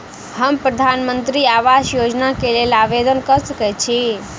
हम प्रधानमंत्री आवास योजना केँ लेल आवेदन कऽ सकैत छी?